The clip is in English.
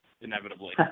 Inevitably